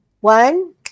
one